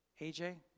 AJ